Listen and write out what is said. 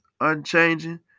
unchanging